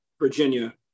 Virginia